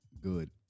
good